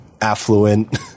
affluent